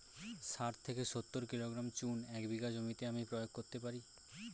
শাঠ থেকে সত্তর কিলোগ্রাম চুন এক বিঘা জমিতে আমি প্রয়োগ করতে পারি?